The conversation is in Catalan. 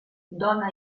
dona